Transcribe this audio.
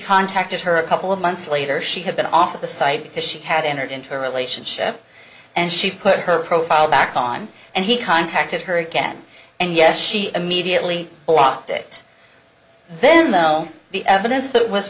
contacted her a couple of months later she had been off the site because she had entered into a relationship and she put her profile back on and he contacted her again and yes she immediately blocked it then though the evidence that was